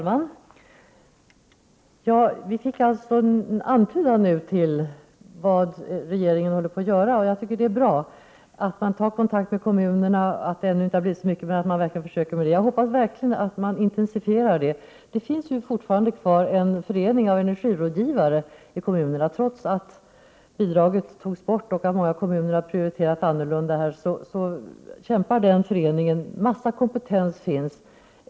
Fru talman! Vi fick alltså nu en antydan om vad regeringen håller på att göra. Jag tycker att det är bra att man försöker ta kontakt med kommunerna, även om det ännu inte har blivit så mycket av det. Jag hoppas verkligen att man intensifierar denna verksamhet. Det finns ju fortfarande kvar en förening av energirådgivare i kommunerna. Trots att bidraget togs bort och trots att många kommuner har prioriterat annorlunda kämpar den föreningen. En mängd kompetens finns.